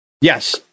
Yes